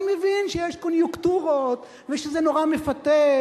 אני מבין שיש קוניונקטורות ושזה נורא מפתה,